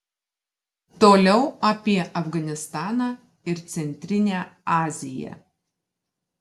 toliau apie afganistaną ir centrinę aziją